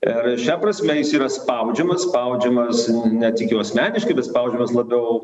ir šia prasme jis yra spaudžiamas spaudžiamas ne tik jau asmeniškai bet spaudžiamas labiau